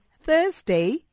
Thursday